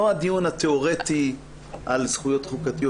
לא הדיון התיאורטי על זכויות חוקתיות